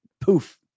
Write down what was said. Poof